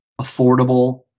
affordable